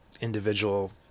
individual